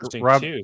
Rob